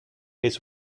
his